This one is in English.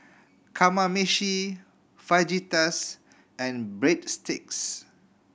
Kamameshi Fajitas and Breadsticks